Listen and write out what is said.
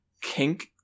Kink